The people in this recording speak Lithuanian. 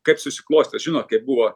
kaip susiklostys žinot kaip buvo